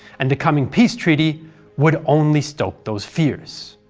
and the coming peace treaty would only stoke those fears.